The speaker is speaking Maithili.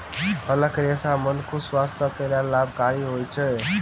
फलक रेशा मनुखक स्वास्थ्य के लेल लाभकारी होइत अछि